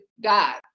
God